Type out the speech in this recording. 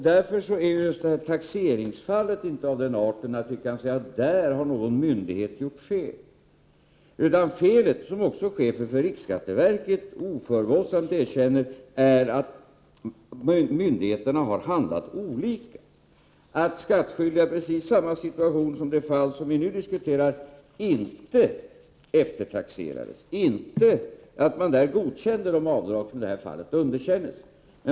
Därför är just taxeringsfallet inte av den arten att man kan säga att någon myndighet har gjort fel. Felet, som också chefen för riksskatteverket oförbehållsamt erkänner, är att myndigheterna har handlat olika, att skattskyldiga i precis samma situation som skattskyldiga i det fall som vi nu diskuterar inte eftertaxerades. Man godkände där de avdrag som i detta fall underkändes.